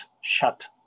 shut